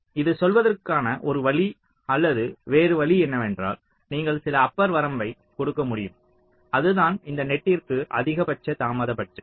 இது சொல்வதற்கான ஒரு வழி அல்லது வேறு வழி என்னவென்றால் நீங்கள் சில அப்பர் வரம்பைக் கொடுக்க முடியும் அது தான் இந்த நெட்டிற்கு அதிகபட்ச தாமத பட்ஜெட்